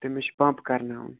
تٔمِس چھُ پَمپ کَرناوُن